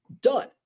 done